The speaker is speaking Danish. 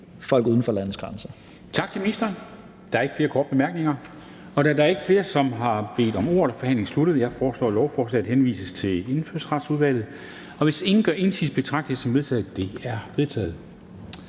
folk uden for landets grænser.